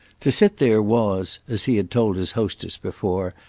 to sit there was, as he had told his hostess before,